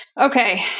Okay